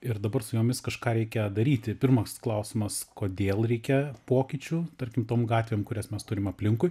ir dabar su jomis kažką reikia daryti pirmas klausimas kodėl reikia pokyčių tarkim tom gatvėm kurias mes turim aplinkui